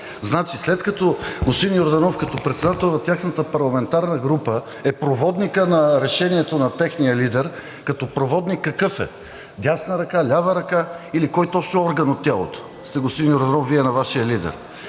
Значи, след като господин Йорданов като председател на тяхната парламентарна група е проводникът на решението на техния лидер, като проводник какъв е?! Дясна ръка, лява ръка или кой точно орган от тялото сте, господин Йорданов, на Вашия лидер?